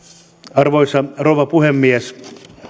arvoisa rouva puhemies